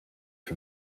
for